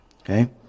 Okay